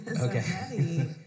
Okay